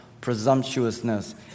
presumptuousness